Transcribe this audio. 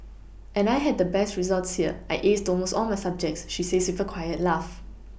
and I had the best results here I aced almost all my subjects she says with a quiet laugh